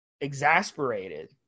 exasperated